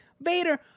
Vader